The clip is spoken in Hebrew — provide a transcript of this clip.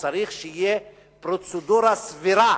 וצריך שתהיה פרוצדורה סבירה,